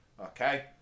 Okay